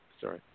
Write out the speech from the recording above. Sorry